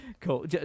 Cool